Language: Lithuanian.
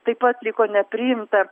taip pat liko nepriimta